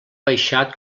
baixat